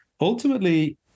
ultimately